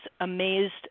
amazed